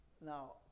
Now